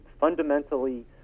fundamentally